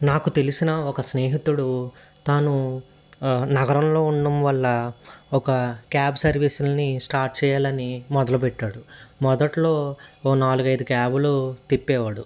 నాకు తెలిసిన ఒక స్నేహితుడు తను నగరంలో ఉండడం వల్ల ఒక క్యాబ్ సర్వీసుని స్టార్ట్ చెయ్యాలని మొదలుపెట్టాడు మొదట్లో ఓ నాలుగైదు క్యాబులు తిప్పేవాడు